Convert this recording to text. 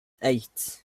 eight